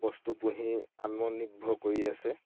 বস্তু পুহি আত্মনিৰ্ভৰ কৰি আছে